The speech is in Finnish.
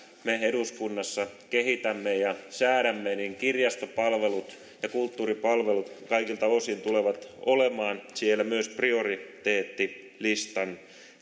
me eduskunnassa kehitämme ja säädämme niin kirjastopalvelut ja kulttuuripalvelut kaikilta osin tulevat olemaan siellä myös prioriteettilistan